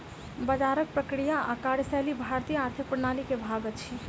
बजारक प्रक्रिया आ कार्यशैली भारतीय आर्थिक प्रणाली के भाग अछि